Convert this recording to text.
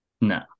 No